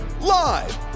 live